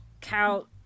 Cow